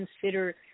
consider